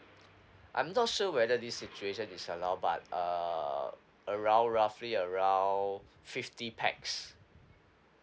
I'm not sure whether this situation is allowed but uh around roughly around fifty pax